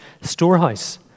Storehouse